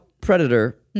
predator